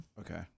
Okay